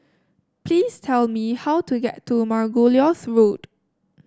please tell me how to get to Margoliouth Road